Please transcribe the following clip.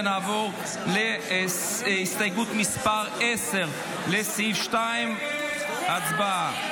נעבור להסתייגות מס' 10, לסעיף 2. הצבעה.